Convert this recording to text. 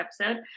episode